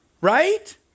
Right